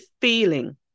feeling